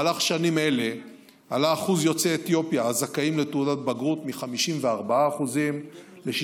בשנים אלה עלה שיעור יוצאי אתיופיה הזכאים לתעודת בגרות מ-54% ל-63%.